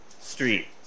Street